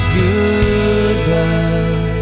goodbye